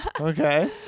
Okay